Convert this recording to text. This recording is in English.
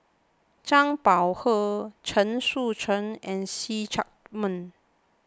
Zhang Bohe Chen Sucheng and See Chak Mun